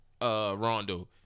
Rondo